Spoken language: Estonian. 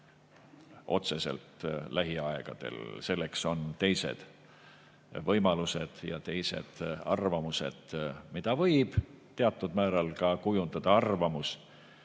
otseselt lähiaegadel. Selleks on teised võimalused ja teised arvamused, mida võib teatud määral ka kujundada arvamus,